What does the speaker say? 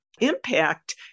impact